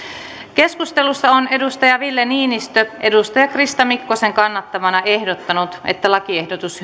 keskustelussa on ville niinistö krista mikkosen kannattamana ehdottanut että lakiehdotus